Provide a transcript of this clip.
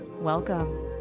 Welcome